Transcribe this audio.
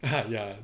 (uh huh) ya